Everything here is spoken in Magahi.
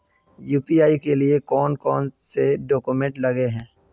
यु.पी.आई के लिए कौन कौन से डॉक्यूमेंट लगे है?